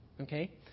okay